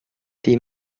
tes